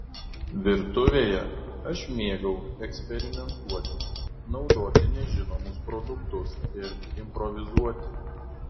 virtuvėje aš mėgau eksperimentuoti naudoti nežinomus produktus ir improvizuoti